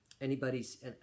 anybody's